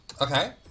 Okay